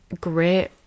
great